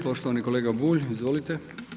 Poštovani kolega Bulj, izvolite.